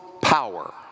power